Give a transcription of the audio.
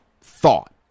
thought